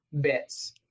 bits